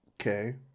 Okay